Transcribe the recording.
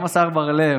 גם השר בר לב,